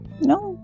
No